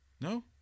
no